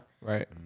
Right